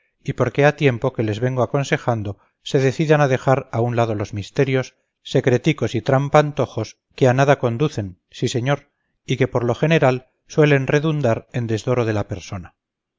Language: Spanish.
y porque ha tiempo que les vengo aconsejando se decidan a dejar a un lado los misterios secreticos y trampantojos que a nada conducen sí señor y que por lo general suelen redundar en desdoro de la persona